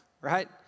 right